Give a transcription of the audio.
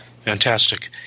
Fantastic